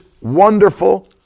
wonderful